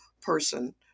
person